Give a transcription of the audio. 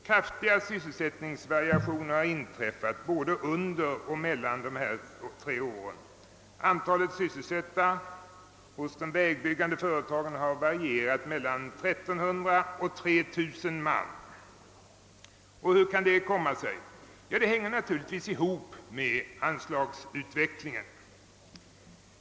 Kraftiga sysselsättningsvariationer har inträffat under dessa tre år. Antalet sysselsatta hos de vägbyggande företagen har växlat mellan 1300 och 3000 man. Hur kan detta komma sig? Det hänger naturligtvis ihop med anslagsutvecklingen.